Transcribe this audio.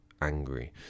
Angry